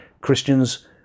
Christians